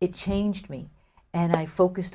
it changed me and i focused